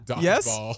Yes